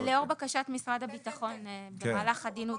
לאור בקשת משרד הביטחון במהלך הדין ודברים.